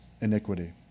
iniquity